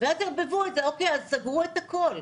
ואז ערבבו את זה ואז סגרו את הכול.